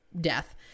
death